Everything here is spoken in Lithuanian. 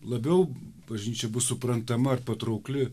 labiau bažnyčia bus suprantama ar patraukli